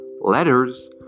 letters